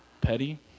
Petty